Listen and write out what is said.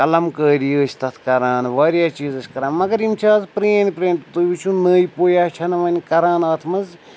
کَلَم کٲری ٲسۍ تَتھ کَران واریاہ چیٖز ٲسۍ کَران مگر یِم چھِ اَز پرٛٲنۍ پرٛٲنۍ تُہۍ وٕچھِو نٔے پُیاہ چھَنہٕ وۄنۍ کَران اَتھ منٛز